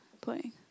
playing